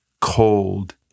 cold